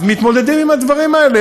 אז מתמודדים עם הדברים האלה.